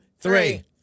three